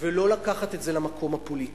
ולא לקחת את זה למקום הפוליטי.